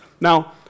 Now